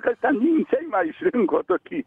kas ten jį į seimą išrinko tokį